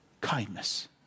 kindness